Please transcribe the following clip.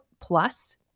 plus